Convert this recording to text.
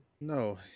No